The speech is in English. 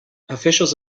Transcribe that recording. officials